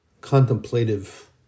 contemplative